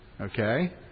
Okay